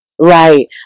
Right